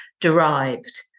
derived